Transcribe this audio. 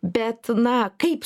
bet na kaip